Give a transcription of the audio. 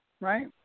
Right